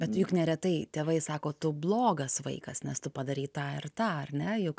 bet juk neretai tėvai sako tu blogas vaikas nes tu padarei tą ir tą ar ne juk